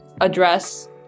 address